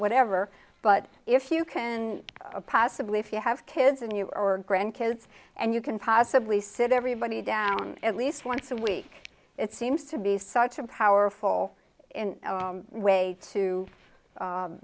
whatever but if you can possibly if you have kids and you are grand kids and you can possibly sit everybody down at least once a week it seems to be such a powerful way to